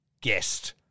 guest